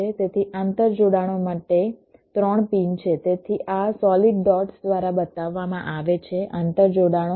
તેથી આંતરજોડાણો માટે 3 પિન છે તેથી આ સોલિડ ડોટ્સ દ્વારા બતાવવામાં આવે છે આંતરજોડાણો